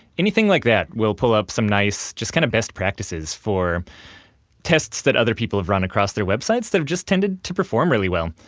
anything like that will pull up some nice kind of best practices for tests that other people have run across their websites that have just tended to perform really well.